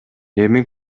эми